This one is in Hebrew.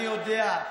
אני יודע.